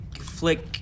flick